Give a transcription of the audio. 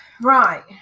Right